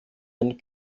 ein